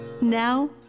now